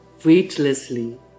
weightlessly